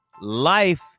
life